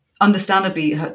understandably